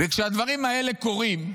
כשהדברים האלה קורים,